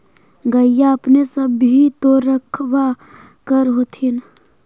गईया अपने सब भी तो रखबा कर होत्थिन?